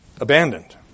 abandoned